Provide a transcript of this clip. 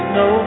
no